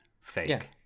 fake